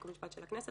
חוק ומשפט של הכנסת,